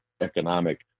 economic